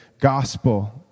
gospel